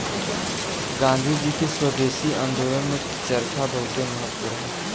गांधी जी के स्वदेशी आन्दोलन में चरखा बहुते महत्व रहल